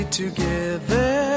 together